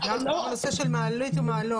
אני מדברת על הנושא של מעלית או מעלון.